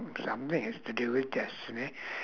something have to do with destiny